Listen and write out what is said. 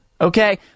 okay